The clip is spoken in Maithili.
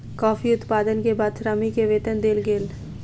कॉफ़ी उत्पादन के बाद श्रमिक के वेतन देल गेल